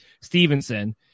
Stevenson